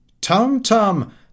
Tum-tum